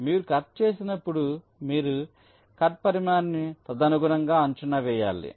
మీరు కట్ చేసినప్పుడు మీరు కట్ పరిమాణాన్ని తదనుగుణంగా అంచనా వేయాలి